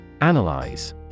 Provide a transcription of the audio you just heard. Analyze